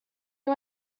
you